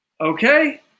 Okay